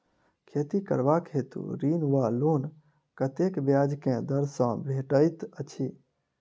खेती करबाक हेतु ऋण वा लोन कतेक ब्याज केँ दर सँ भेटैत अछि?